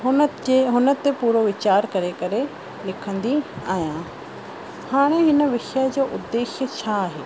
हुन जे हुन ते पूरो विचार करे करे लिखंदी आहियां हाणे हिन विषय जो उद्देश्य छा आहे